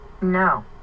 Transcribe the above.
No